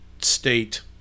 state